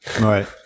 Right